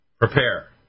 Prepare